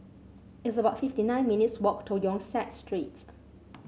it's about fifty nine minutes' walk to Yong Siak Street